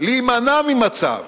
להימנע ממצב